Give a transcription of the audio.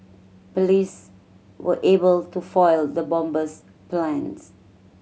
police were able to foil the bomber's plans